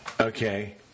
Okay